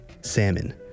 salmon